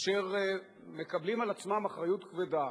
אשר מקבלים על עצמם אחריות כבדה.